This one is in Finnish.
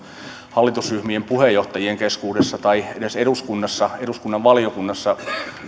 hallitusryhmien puheenjohtajien keskuudessa tai edes eduskunnassa eduskunnan valiokunnassa